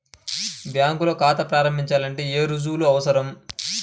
బ్యాంకులో ఖాతా ప్రారంభించాలంటే ఏ రుజువులు అవసరం?